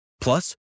Plus